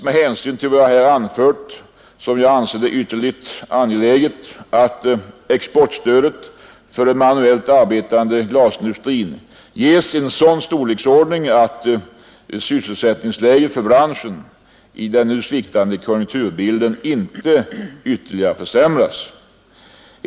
Med hänsyn till vad jag här anfört anser jag det vara ytterst angeläget att exportstödet för den manuellt arbetande glasindustrin ges en sådan storleksordning att sysselsättningsläget för branschen i den nu sviktande konjunkturbilden inte ytterligare försämras.